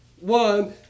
One